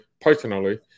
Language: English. personally